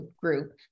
group